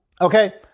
Okay